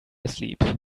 asleep